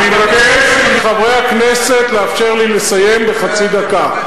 אני מבקש מחברי הכנסת לאפשר לי לסיים בחצי דקה.